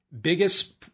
biggest